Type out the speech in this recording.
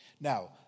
Now